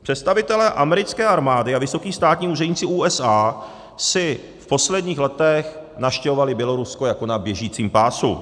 Představitelé americké armády a vysocí státní úředníci USA si v posledních letech navštěvovali Bělorusko jako na běžícím pásu.